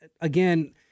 again